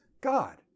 God